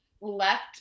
left